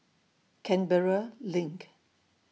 Canberra LINK